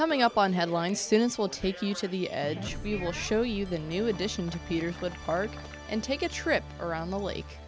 coming up on headline students will take you to the edge we will show you the new addition to peter with heart and take a trip around the lake